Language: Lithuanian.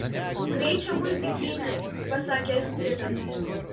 greit čia bus dykynė pasakė astrida